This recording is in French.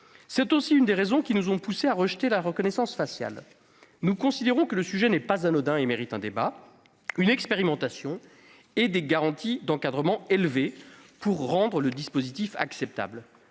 C'est aussi l'une des raisons qui nous ont poussés à rejeter la reconnaissance faciale. Nous considérons que le sujet n'est pas anodin et qu'il mérite un débat et une expérimentation assortie de garanties élevées d'encadrement pour rendre le dispositif acceptable.